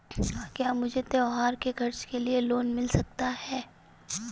क्या मुझे त्योहार के खर्च के लिए लोन मिल सकता है?